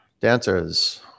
Dancers